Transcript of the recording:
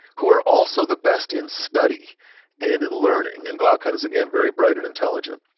who are also the best in study and in learning, and glaucon is, again, very bright and intelligent,